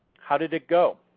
how did it go?